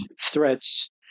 threats